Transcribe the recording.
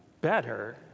better